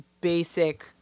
basic